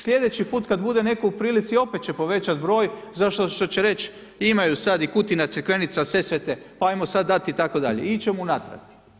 Sljedeći put kada bude netko u prilici, opet će povećati broj, zato što će reći, imaju sada Kutina, Crikvenica, Sesvete, pa ajmo sada dati itd. i ići ćemo unatrag.